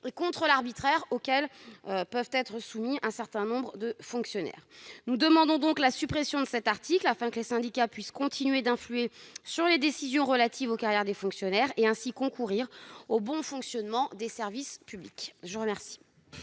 contre l'arbitraire auquel peuvent être soumis un certain nombre de fonctionnaires. Nous demandons donc la suppression de l'article 1, afin que les syndicats puissent continuer d'influer sur les décisions relatives aux carrières des fonctionnaires, et ainsi concourir au bon fonctionnement des services publics. La parole